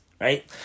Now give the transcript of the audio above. right